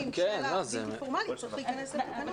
של החינוך הבלתי פורמלי צריך להיכנס לתקנות.